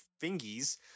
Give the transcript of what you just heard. fingies